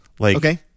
Okay